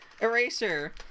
eraser